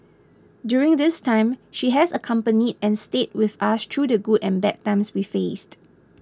during this time she has accompanied and stayed with us through the good and bad times we faced